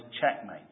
Checkmate